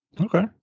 Okay